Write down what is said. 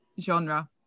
genre